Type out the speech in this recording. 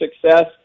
success